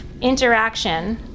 interaction